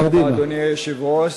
אדוני היושב-ראש,